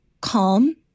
calm